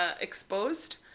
exposed